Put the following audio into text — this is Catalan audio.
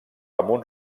amunt